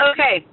Okay